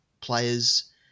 players